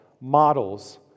models